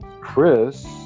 Chris